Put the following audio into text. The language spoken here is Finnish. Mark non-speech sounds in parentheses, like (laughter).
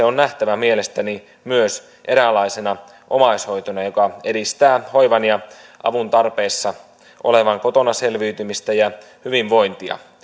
(unintelligible) on nähtävä mielestäni myös eräänlaisena omaishoitona joka edistää hoivan ja avun tarpeessa olevan kotona selviytymistä ja hyvinvointia